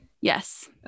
Yes